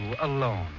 alone